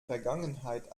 vergangenheit